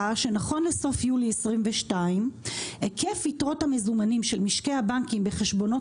שנכון לסוף יולי 2022 היקף יתרות המזומנים של משקי הבית בחשבונות